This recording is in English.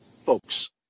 folks